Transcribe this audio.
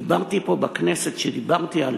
דיברתי פה בכנסת, כשדיברתי על